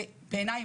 שבעיניי,